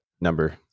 number